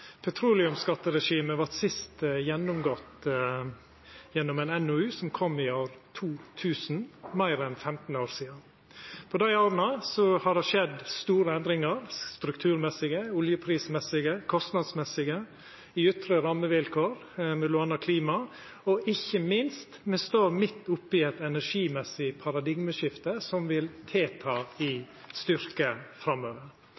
Petroleumsskatteregimet vart sist gjennomgått gjennom ein NOU som kom i år 2000, for meir enn 15 år sidan. På dei åra har det skjedd store endringar – strukturmessige, oljeprismessige og kostnadsmessige, og endringar i ytre rammevilkår som gjeld m.a. klima. Og ikkje minst står vi midt oppe i eit energimessig paradigmeskifte som vil auka i styrke framover.